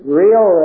real